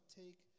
take